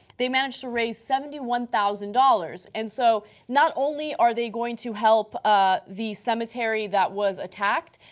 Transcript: they managed to raise seventy one thousand dollars. and so not only are they going to help ah the cemetery that was attacked,